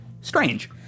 strange